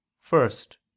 first